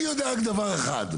אני יודע רק דבר אחד.